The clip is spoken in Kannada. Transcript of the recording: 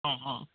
ಹ್ಞೂ ಹ್ಞೂ